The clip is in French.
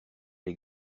les